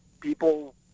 people